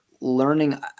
learning